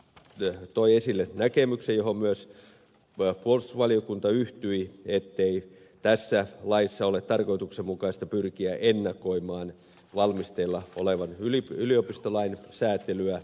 sivistysvaliokunta toi esille näkemyksen johon myös puolustusvaliokunta yhtyi ettei tässä laissa ole tarkoituksenmukaista pyrkiä ennakoimaan valmisteilla olevan yliopistolain säätelyä